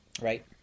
Right